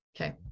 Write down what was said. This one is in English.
Okay